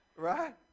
right